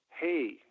hey